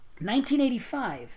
1985